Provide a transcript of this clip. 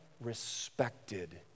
respected